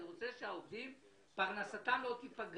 אני רוצה שפרנסתם של העובדים לא תיפגע.